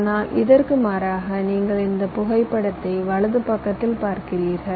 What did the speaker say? ஆனால் இதற்கு மாறாக நீங்கள் இந்த புகைப்படத்தை வலது பக்கத்தில் பார்க்கிறீர்கள்